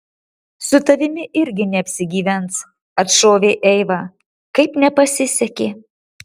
su tavimi irgi neapsigyvens atšovė eiva kaip nepasisekė